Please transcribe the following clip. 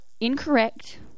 Incorrect